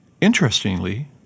Interestingly